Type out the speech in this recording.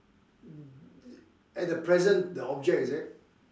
at the present the object is it